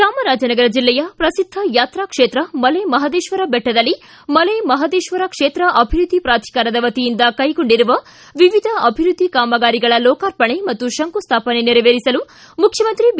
ಚಾಮರಾಜನಗರ ಜಿಲ್ಲೆಯ ಪ್ರಸಿದ್ಧ ಯಾತ್ರುಕ್ಷೇತ್ರ ಮಲೆ ಮಹದೇಶ್ವರ ಬೆಟ್ಟದಲ್ಲಿ ಮಲೆ ಮಹದೇಶ್ವರ ಕ್ಷೇತ್ರ ಅಭಿವೃದ್ದಿ ಪ್ರಾಧಿಕಾರದ ವತಿಯಿಂದ ಕೈಗೊಂಡಿರುವ ವಿವಿಧ ಅಭಿವೃದ್ಧಿ ಕಾಮಗಾರಿಗಳ ಲೋಕಾರ್ಪಣೆ ಹಾಗೂ ಶಂಕುಸ್ಥಾಪನೆ ನೆರವೇರಿಸಲು ಮುಖ್ಯಮಂತ್ರಿ ಬಿ